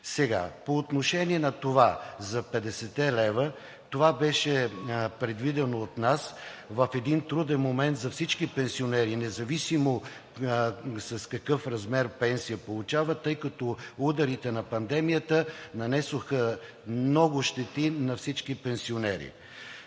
По отношение на това – за 50 лв., това беше предвидено от нас в един труден момент за всички пенсионери, независимо какъв размер пенсия получават, тъй като ударите на пандемията нанесоха много щети на всички пенсионери.